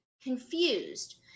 confused